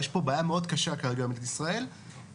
יש פה בעיה מאוד קשה כרגע במדינת ישראל שמי